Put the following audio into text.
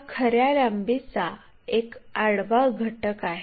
हा खऱ्या लांबीचा एक आडवा घटक आहे